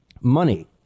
money